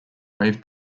wave